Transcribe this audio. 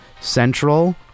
central